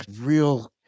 real